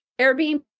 Airbnb